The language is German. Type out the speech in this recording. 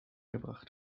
gebracht